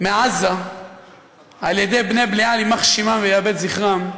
מעזה על-ידי בני-בליעל, יימח שמם ויאבד זכרם,